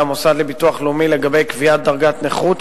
המוסד לביטוח לאומי לגבי קביעת דרגת נכות